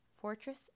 Fortress